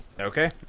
Okay